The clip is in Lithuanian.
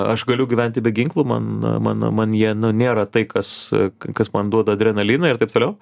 aš galiu gyventi be ginklų man man man jie na nėra tai kas k kas man duoda adrenaliną ir taip toliau